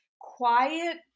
quiet